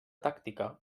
tàctica